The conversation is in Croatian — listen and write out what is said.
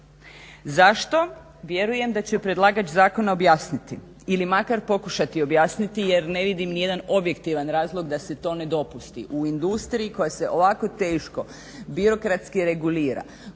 Zašto? Vjerujem da će predlagač zakona objasniti ili makar pokušati objasniti jer ne vidim ni jedan objektivan razlog da se to ne dopusti u industriji koja se ovako teško birokratski regulira,